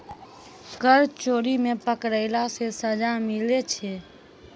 कर चोरी मे पकड़ैला से सजा मिलै छै